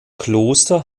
kloster